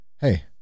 hey